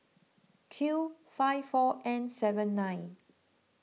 Q five four N seven nine